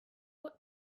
ought